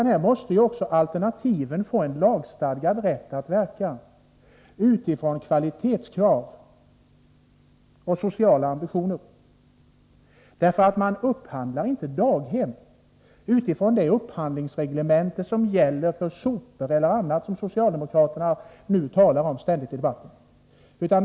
Här måste även alternativen få en lagfäst rätt att verka utifrån kvalitetskrav och sociala ambitioner. Man upphandlar inte daghem enligt det upphandlingsreglemente som gäller för sopor och annat, som socialdemokraterna nu ständigt talar omi debatten.